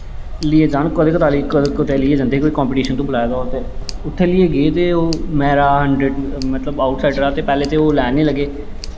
लेई जान कदैं कतालें कुतै लेइयै जंदे हे कंपिटीशन होऐ ते उत्थें लेइयै गे मतलब अउट साईडर हा ते पैह्लें ते ओह् लैन निं लग्गे